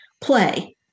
play